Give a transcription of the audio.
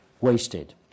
wasted